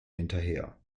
hinterher